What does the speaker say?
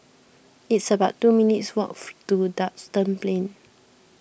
it's about two minutes' walk to Duxton Plain